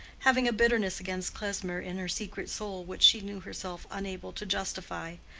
having a bitterness against klesmer in her secret soul which she knew herself unable to justify.